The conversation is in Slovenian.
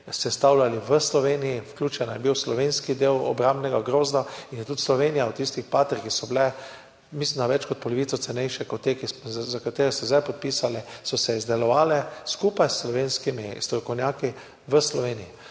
sestavljali v Sloveniji, vključen je bil slovenski del obrambnega grozda in so se tiste patrie, ki so bile, mislim, da za več kot polovico cenejše kot te, za katere ste zdaj podpisali, izdelovale skupaj s slovenskimi strokovnjaki v Sloveniji.